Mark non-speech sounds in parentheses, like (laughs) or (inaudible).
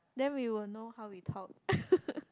then we will know how we talk (laughs)